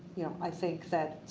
you know, i think that.